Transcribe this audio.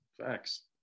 Facts